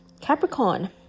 Capricorn